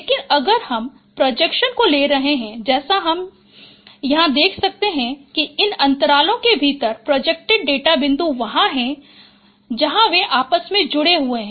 लेकिन अगर हम प्रोजेक्शन को ले रहे हैं जैसा कि हम यहां देख सकते हैं कि इन अंतरालों के भीतर प्रोजेक्टेड डेटा बिंदु वहां हैं जो वे आपस में जुड़े हुए हैं